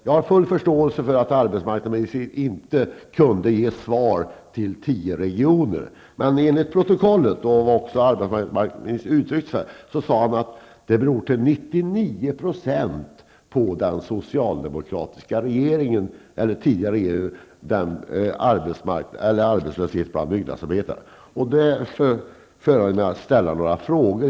Jag har full förståelse för att arbetsmarknadsministern inte kunde ge svar till tio regioner, men enligt protokollet sade arbetsmarknadsministern att arbetslösheten bland byggarbetarna till 99 % berodde på den förra regeringens politik. Därför vill jag ställa några frågor.